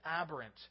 aberrant